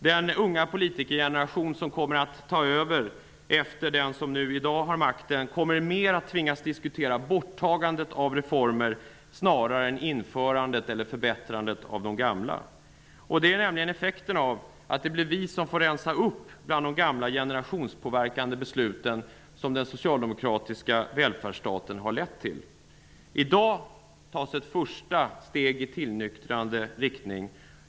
Den unga politikergeneration som kommer att ta över efter den som i dag har makten kommer att tvingas diskutera borttagandet av reformer snarare än införandet av nya eller förbättrandet av de gamla. Det är nämligen effekten av att det blir vi som får rensa upp bland de gamla generationspåverkande beslut som den socialdemokratiska välfärdsstaten har lett till. I dag tas ett första steg i tillnyktrande riktning.